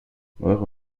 neuere